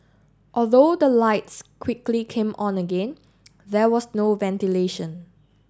although the lights quickly came on again there was no ventilation